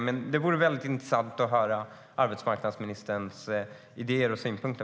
Men det vore väldigt intressant att höra arbetsmarknadsministerns idéer och synpunkter.